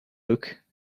look